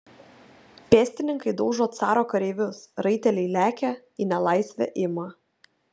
pėstininkai daužo caro kareivius raiteliai lekia į nelaisvę ima